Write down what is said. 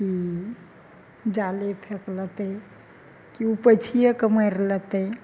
कि जाले फेक लेतै कि ऊपैछिये कऽ मारि लेतै